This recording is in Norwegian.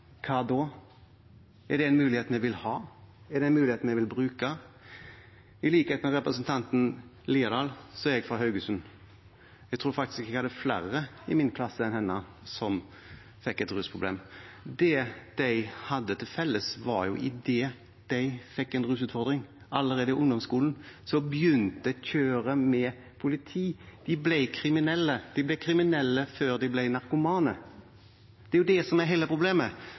hva da? Er det en mulighet vi vil ha? Er det en mulighet vi vil bruke? I likhet med representanten Haukeland Liadal er jeg fra Haugesund. Jeg tror faktisk jeg hadde flere i min klasse enn hun som fikk et rusproblem. Det de hadde til felles, var at idet de fikk en rusutfordring, allerede i ungdomsskolen, begynte kjøret med politi – de ble kriminelle. De ble kriminelle før de ble narkomane. Det er det som er hele problemet.